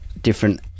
different